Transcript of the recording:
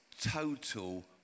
total